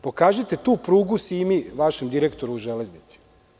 Pokažite tu prugu Simi, vašem direktoru u „Železnici“